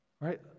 Right